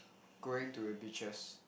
going to the beaches